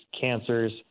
cancers